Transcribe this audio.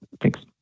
Thanks